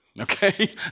okay